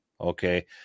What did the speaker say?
Okay